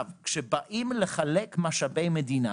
כשבאים לחלק משאבי מדינה